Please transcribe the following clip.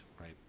right